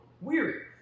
weary